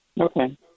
Okay